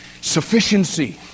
sufficiency